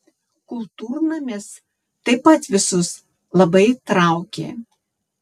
kultūrnamis taip pat visus labai traukė